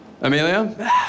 Amelia